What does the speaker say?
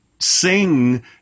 sing